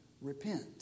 repent